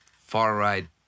far-right